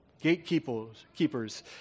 gatekeepers